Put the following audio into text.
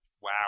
Wow